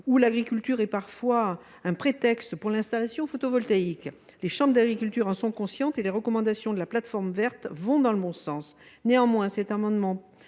l’agriculture est un prétexte à implanter une installation photovoltaïque. Les chambres d’agriculture en sont conscientes et les recommandations de la Plateforme verte vont dans le bon sens. Dans ce contexte,